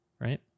right